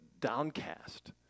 downcast